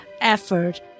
effort